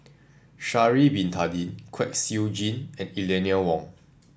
Sha'ari Bin Tadin Kwek Siew Jin and Eleanor Wong